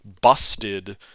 busted